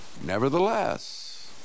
Nevertheless